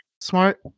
smart